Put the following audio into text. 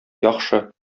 яхшы